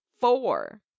four